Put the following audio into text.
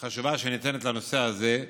חשובה שניתנת לנושא הזה,